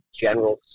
general